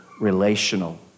relational